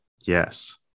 Yes